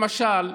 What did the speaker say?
למשל,